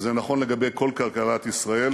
זה נכון לגבי כל כלכלת ישראל,